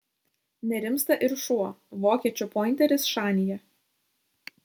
nerimsta ir šuo vokiečių pointeris šanyje